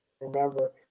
remember